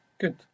Good